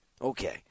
Okay